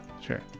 sure